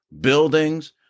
buildings